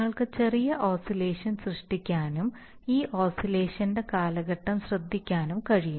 നിങ്ങൾക്ക് ചെറിയ ഓസിലേഷൻ സൃഷ്ടിക്കാനും ഈ ഓസിലേഷൻ ന്റെ കാലഘട്ടം ശ്രദ്ധിക്കാനും കഴിയും